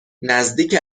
نزدیک